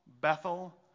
Bethel